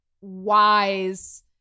Wise